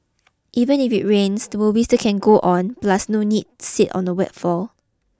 even if it rains the movie still can go on plus no need sit on the wet floor